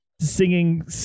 singing